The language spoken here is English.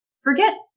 forget